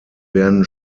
werden